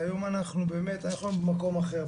והיום אנחנו באמת במקום אחר,